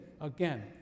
Again